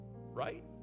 right